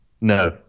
no